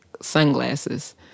sunglasses